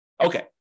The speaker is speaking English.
Okay